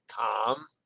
Tom